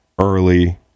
early